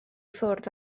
ffwrdd